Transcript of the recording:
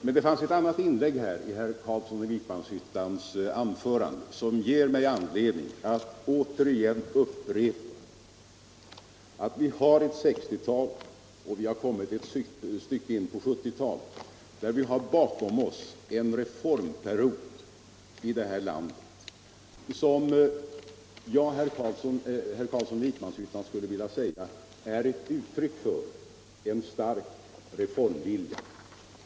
Men det fanns ett annat inslag i herr Carlssons anförande som ger Nr 134 mig anledning att återigen erinra om att vi nu, när vi har passerat 1960 Onsdagen den talet och kommit ett stycke in på 1970-talet, har bakom oss en reform 4 december 1974 period som jag menar är ett uttryck för en stark reformvilja.